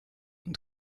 und